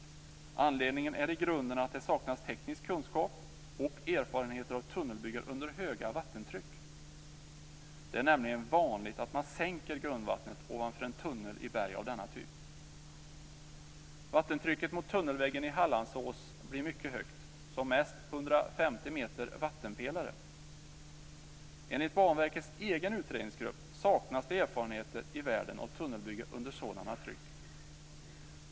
Anledningen är i grunden att det saknas teknisk kunskap och erfarenheter av tunnelbyggen under höga vattentryck. Det är nämligen vanligt att man sänker grundvattnet ovanför en tunnel i berg av denna typ. Vattentrycket mot tunnelväggen i Hallandsås blir mycket högt, som mest 150 meter vattenpelare. Enligt Banverkets egen utredningsgrupp saknas det erfarenheter i världen av tunnelbygge under sådana tryck.